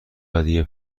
ودیعه